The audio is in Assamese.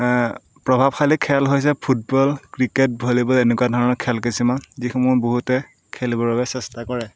প্ৰভাৱশালী খেল হৈছে ফুটবল ক্ৰিকেট ভলীবল এনেকুৱা ধৰণৰ খেল কিছুমান যিসমূহক বহুতে খেলিবৰ বাবে চেষ্টা কৰে